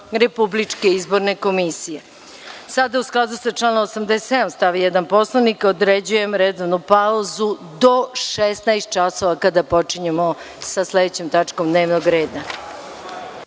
Republičke izborne komisije. Sada u skladu sa članom 87. stav 1. Poslovnika određujem redovnu pauzu do 16,00 časova kada počinjemo sa sledećom tačkom dnevnog